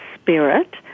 spirit